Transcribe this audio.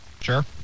Sure